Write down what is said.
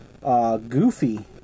Goofy